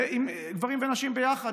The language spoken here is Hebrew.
גברים ונשים יחד,